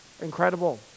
incredible